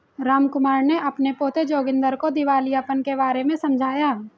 रामकुमार ने अपने पोते जोगिंदर को दिवालियापन के बारे में समझाया